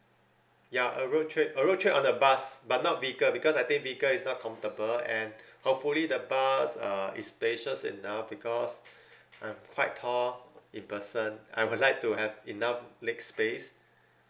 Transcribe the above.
ya a road trip a road trip on the bus but not vehicle because I think vehicle is not comfortable and hopefully the bus uh is spacious enough because I'm quite tall in person I would like to have enough leg space